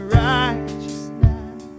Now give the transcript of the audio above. righteousness